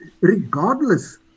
regardless